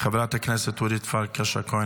חברת הכנסת אורית פרקש הכהן,